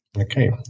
Okay